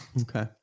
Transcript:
okay